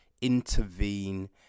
intervene